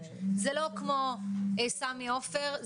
זה לא כמו סמי עופר,